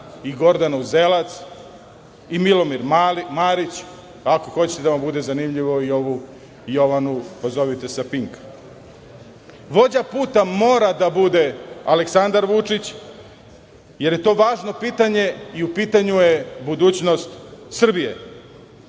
i Gordana Uzelac, i Milomir Marić, ako hoćete da vam bude zanimljivo i pozovite ovu Jovanu sa "Pinka". Vođa puta mora da bude Aleksandar Vučić, jer je to važno pitanje i u pitanju je budućnost Srbije. Snimite